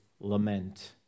lament